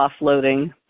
offloading